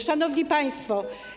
Szanowni Państwo!